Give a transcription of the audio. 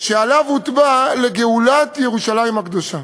שעליו הוטבע "לגאולת ירושלים הקדושה".